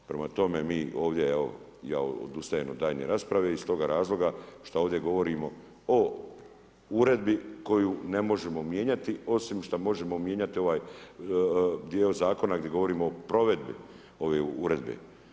Prema tome, mi ovdje evo, ja odustajem od daljnje rasprave iz toga razloga što ovdje govorimo o Uredbi koju ne možemo mijenjati, osim što možemo mijenjati ovaj dio Zakona gdje govorimo o provedbi ove Uredbe.